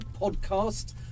podcast